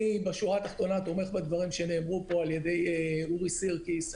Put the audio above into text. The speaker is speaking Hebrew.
אני בשורה התחתונה תומך בדברים שנאמרו פה על ידי אורי סירקיס.